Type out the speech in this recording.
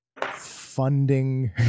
funding